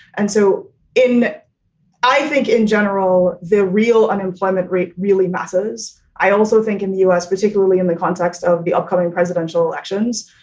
and so in i think in general, the real unemployment rate really matters. i also think in the us, particularly in the context of the upcoming presidential elections,